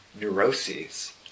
neuroses